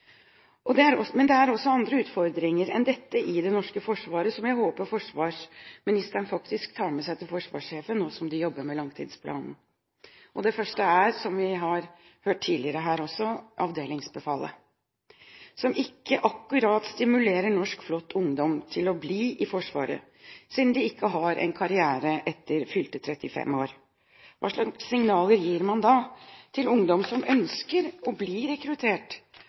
Det er også andre utfordringer enn dette i det norske forsvaret som jeg håper forsvarsministeren tar med seg til forsvarssjefen, nå som de jobber med langtidsplanen. Det første er, som vi har hørt tidligere her, avdelingsbefalet, som ikke akkurat stimulerer flott norsk ungdom til å bli i Forsvaret, siden de ikke har en karriere etter fylte 35 år. Hva slags signaler gir man da til ungdom som ønsker å bli rekruttert?